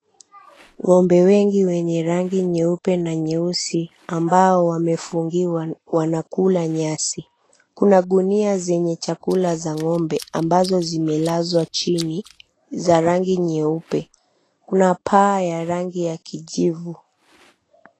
Ng'ombe wengi wenye rangi nyeupe na nyeusi ambao wamefungiwa wanakula nyasi. Kuna gunia zenye chakula za ng'ombe ambazo zimelazwa chini za rangi nyeupe. Kuna paa ya rangi ya kijivu.